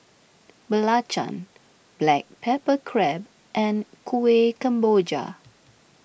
Belacan Black Pepper Crab and Kueh Kemboja